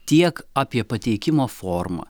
tiek apie pateikimo formą